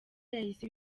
yahise